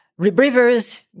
rebreathers